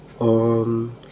on